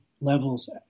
levels